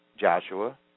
Joshua